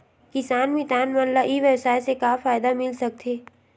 किसान मितान मन ला ई व्यवसाय से का फ़ायदा मिल सकथे?